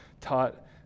taught